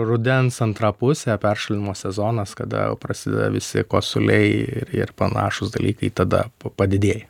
rudens antra pusė peršalimo sezonas kada jau prasideda visi kosuliai ir ir panašūs dalykai tada padidėja